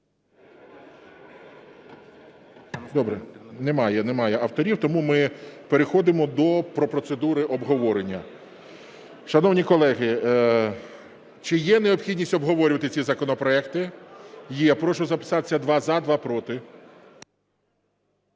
Добре, немає авторів. Тому ми переходимо до процедури обговорення. Шановні колеги, чи є необхідність обговорювати ці законопроекти? Є. Прошу записатися: два – за, два – проти.